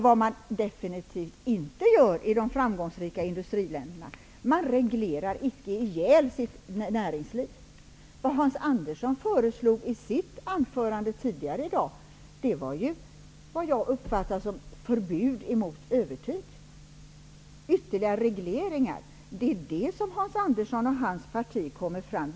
Vad man definitivt inte gör i de framgångsrika industriländerna är att reglera ihjäl sitt näringsliv. Hans Andersson föreslog i sitt huvudanförande tidigare i dag något som jag uppfattar som ett förbud mot övertid. Ytterligare regleringar är vad Hans Andersson och hans parti talar om.